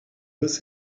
was